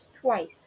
twice